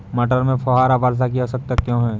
मटर में फुहारा वर्षा की आवश्यकता क्यो है?